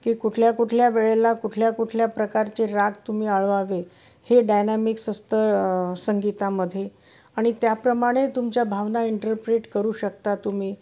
की कुठल्या कुठल्या वेळेला कुठल्या कुठल्या प्रकारचे राग तुम्ही आळवावे हे डायनॅमिक्स असतं संगीतामध्ये आणि त्याप्रमाणे तुमच्या भावना इंटरप्रीट करू शकता तुम्ही